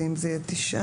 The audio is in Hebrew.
ואם זה יהיה תשעה,